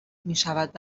میشود